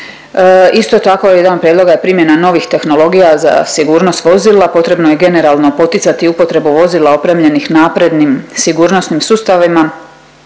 Isto tako, jedan prijedlog je primjena novih tehnologija za sigurnost vozila, potrebno je generalno poticati upotrebu vozila opremljenih naprednim sigurnosnim sustavima